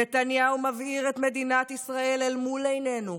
נתניהו מבעיר את מדינת ישראל אל מול עינינו.